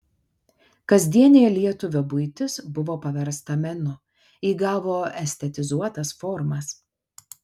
kasdienė lietuvio buitis buvo paversta menu įgavo estetizuotas formas